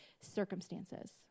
circumstances